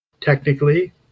technically